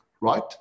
right